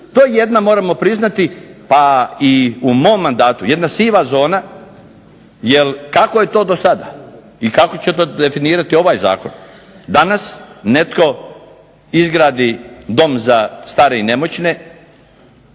je jedna moramo priznati pa i u mom mandatu, jedna siva zona, jer kako je to do sada, i kako će to definirati ovaj zakon, danas netko izgradi dom za stare i nemoćne,